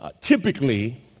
Typically